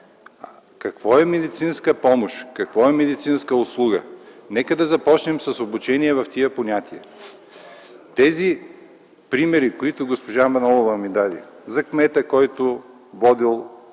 какво е медицинска помощ, какво е медицинска услуга. Нека да започнем с обучение в тези понятия. Тези примери, които госпожа Манолова даде – за кмета, който возил